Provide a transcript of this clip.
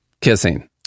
kissing